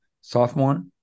sophomore